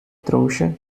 trouxa